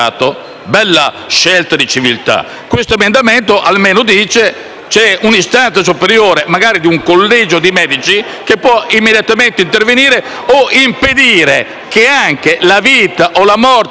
con la valutazione di un collegio di medici, che può immediatamente intervenire o impedire che anche la vita o la morte di una persona in questo Paese siano messe in mano ai vari Ingroia,